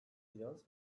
biraz